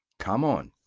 come on.